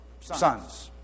sons